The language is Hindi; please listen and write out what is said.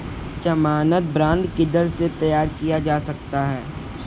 ज़मानत बॉन्ड किधर से तैयार करवाया जा सकता है?